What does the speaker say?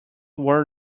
wear